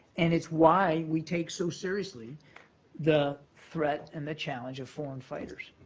and it's why we take so seriously the threat and the challenge of foreign fighters,